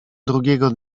drugiego